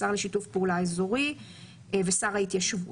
השר לשיתוף פעולה אזורי ושר ההתיישבות.